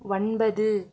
ஒன்பது